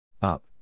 Up